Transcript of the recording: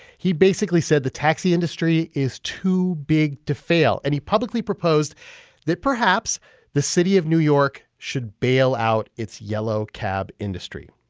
he basically said the taxi industry is too big to fail. and he publicly proposed that perhaps the city of new york should bail out its yellow cab industry.